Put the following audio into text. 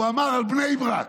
הוא אמר על בני ברק.